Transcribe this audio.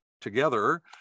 together